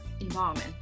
environment